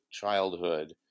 childhood